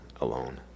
alone